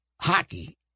hockey